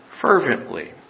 fervently